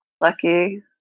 lucky